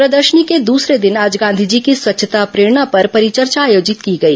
प्रदर्शनी के दूसरे दिन आज गांधी जी की स्वच्छता प्रेरणा पर परिचर्चा आयोजित की गई